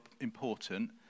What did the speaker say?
important